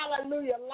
Hallelujah